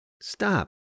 Stop